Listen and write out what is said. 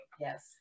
yes